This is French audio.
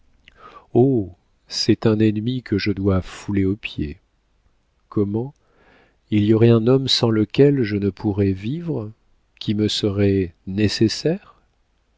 oh c'est un ennemi que je dois fouler aux pieds comment il y aurait un homme sans lequel je ne pourrais vivre qui me serait nécessaire